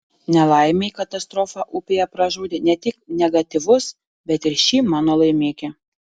nelaimei katastrofa upėje pražudė ne tik negatyvus bet ir šį mano laimikį